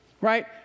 Right